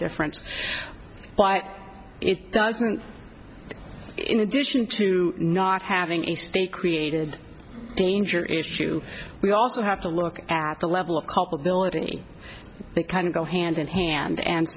indifference why it doesn't in addition to not having a state created danger is true we also have to look at the level of culpability and kind of go hand in hand and